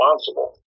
responsible